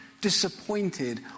disappointed